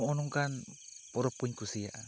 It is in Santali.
ᱱᱚᱜᱼᱚᱭ ᱱᱚᱝᱠᱟᱱ ᱯᱚᱨᱚᱵᱽ ᱠᱩᱧ ᱠᱩᱥᱤᱭᱟᱜᱼᱟ